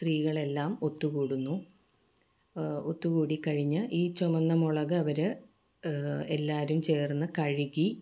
സ്ത്രീകളെല്ലാം ഒത്തുകൂടുന്നു ഒത്തുകൂടി കഴിഞ്ഞ് ഈ ചുവന്ന മുളക് അവർ എല്ലാവരും ചേർന്ന് കഴുകി